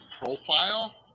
profile